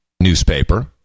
newspaper